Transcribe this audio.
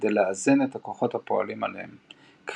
כדי לאזן את כלל הכוחות הפועלים עליהם כבידה,